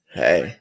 hey